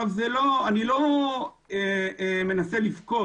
אני לא מנסה לבכות.